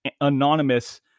anonymous